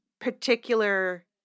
particular